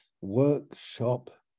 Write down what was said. workshop